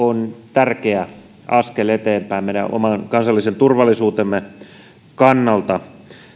tärkeä askel eteenpäin meidän oman kansallisen turvallisuutemme kannalta